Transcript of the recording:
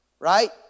Right